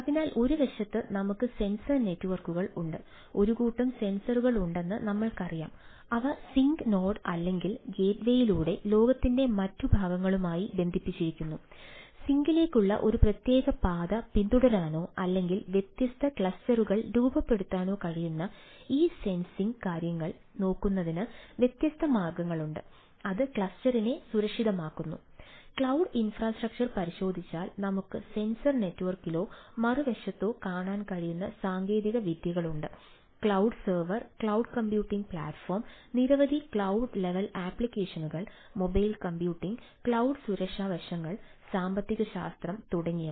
അതിനാൽ ഒരു വശത്ത് നമുക്ക് സെൻസർ നെറ്റ്വർക്കുകൾ ക്ലൌഡ് സുരക്ഷാ വശങ്ങൾ സാമ്പത്തികശാസ്ത്രം തുടങ്ങിയവ